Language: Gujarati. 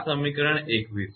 આ સમીકરણ 21 છે